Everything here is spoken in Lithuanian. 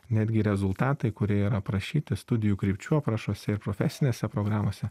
netgi rezultatai kurie yra aprašyti studijų krypčių aprašuose ir profesinėse programose